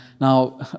Now